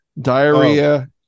Diarrhea